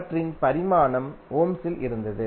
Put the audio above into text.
அவற்றின் பரிமாணம் ஓம்ஸில் இருந்தது